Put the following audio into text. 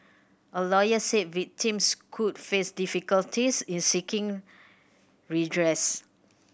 a lawyer said victims could face difficulties in seeking redress